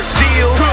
deal